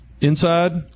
inside